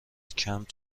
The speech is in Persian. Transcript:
کمپ